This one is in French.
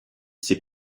ses